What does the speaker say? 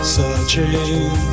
Searching